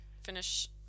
finish